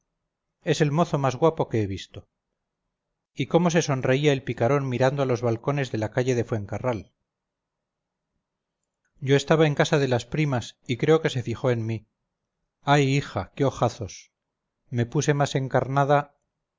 es el mozo más guapo que he visto y cómo se sonreía el picarón mirando a los balcones de la calle de fuencarral yo estaba en casa de las primas y creo que se fijó en mí ay hija qué ojazos me puse más encarnada